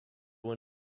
were